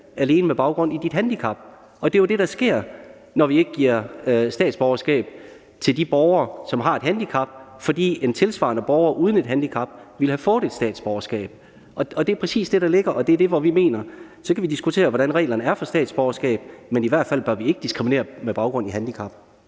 alene med baggrund i dit handicap. Det er jo det, der sker, når vi ikke giver statsborgerskab til de borgere, som har et handicap. For en tilsvarende borger uden et handicap ville have fået et statsborgerskab. Det er præcis det, der ligger i det. Så kan vi diskutere, hvordan reglerne er for statsborgerskab, men vi bør i hvert fald ikke diskriminere med baggrund i handicap.